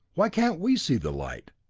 why can't we see the light?